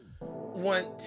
want